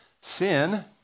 Sin